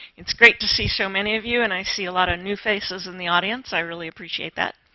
it's great to see so many of you, and i see a lot of new faces in the audience. i really appreciate that.